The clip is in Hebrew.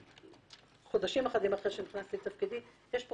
חודשים אחדים אחרי שנכנסתי לתפקידי ייסדנו